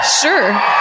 Sure